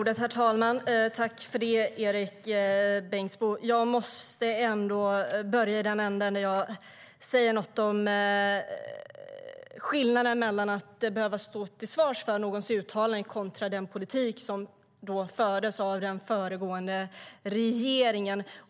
Herr talman! Tack för det, Erik Bengtzboe! Jag måste ändå säga något om skillnaden mellan att behöva stå till svars för någons uttalanden kontra den politik som fördes av den föregående regeringen.